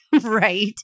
right